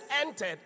entered